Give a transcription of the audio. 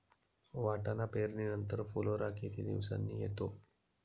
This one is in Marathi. वाटाणा पेरणी नंतर फुलोरा किती दिवसांनी येतो?